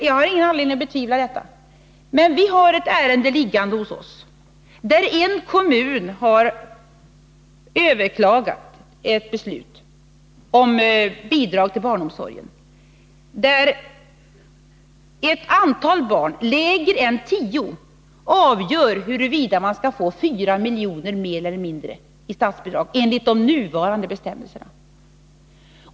Jag har ingen anledning att betvivla detta. Men vi har ett ärende liggande hos oss, där en kommun har överklagat ett beslut om bidrag till barnomsorgen. Ett litet antal barn — mindre än tio — avgör huruvida man skall få 4 milj.kr. mer eller mindre enligt de nuvarande bestämmelserna.